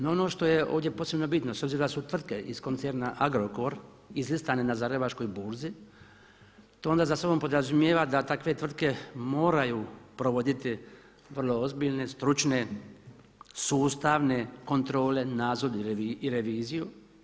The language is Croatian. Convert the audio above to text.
No, ono što je ovdje posebno bitno s obzirom da su tvrtke iz koncerna Agrokor izlistane na Zagrebačkoj burzi to onda za sobom podrazumijeva da takve tvrtke moraju provoditi vrlo ozbiljne, stručne, sustavne kontrole, nadzor i reviziju.